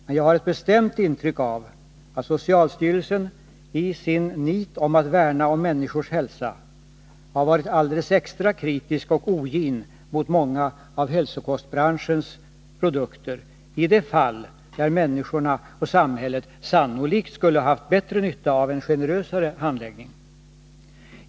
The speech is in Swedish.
Men jag har ett bestämt intryck av att socialstyrelsen — i allt sitt nit att värna om människors hälsa — har varit alldeles extra kritisk och ogin mot många av hälsokostbranschens produkter i fall där människorna och samhället sannolikt hade haft bättre nytta av en generösare handläggning.